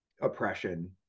oppression